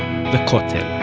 the kotel.